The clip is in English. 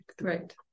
Right